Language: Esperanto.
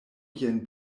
jen